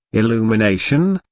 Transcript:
illumination,